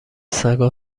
سگا